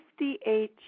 58